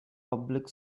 public